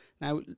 Now